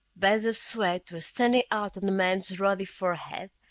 beads of sweat were standing out on the man's ruddy forehead,